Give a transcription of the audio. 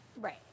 Right